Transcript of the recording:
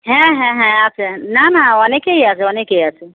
হ্যাঁ হ্যাঁ হ্যাঁ আছে না না অনেকেই আছে অনেকেই আছে